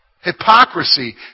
Hypocrisy